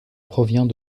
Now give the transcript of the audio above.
provient